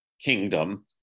kingdom